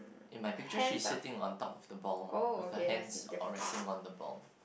in my picture she is sitting on top of the ball with her hands resting on the ball